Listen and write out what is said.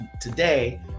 today